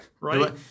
right